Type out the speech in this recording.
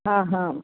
हा हा